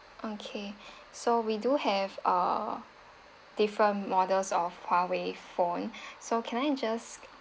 okay so we do have uh different models of huawei phone so can I just